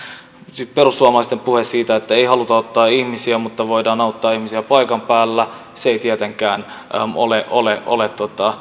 sitten perussuomalaisten puhe siitä että ei haluta ottaa ihmisiä mutta voidaan auttaa ihmisiä paikan päällä ei tietenkään ole ole